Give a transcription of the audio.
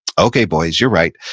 okay, boys, you're right.